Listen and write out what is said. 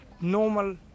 normal